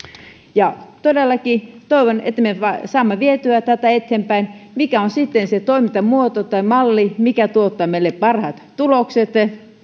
ja todellakin toivon että me saamme vietyä tätä eteenpäin mikä on sitten se toimintamuoto tai malli mikä tuottaa meille parhaat tulokset